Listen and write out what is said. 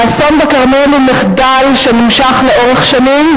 האסון בכרמל הוא מחדל שנמשך לאורך שנים,